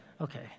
Okay